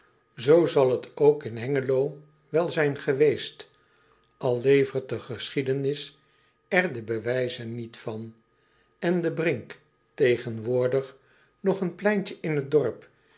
oo zal het ook in engelo wel zijn geweest al levert de geschiedenis er de bewijzen niet van en de r i n k tegenwoordig nog een pleintje in het dorp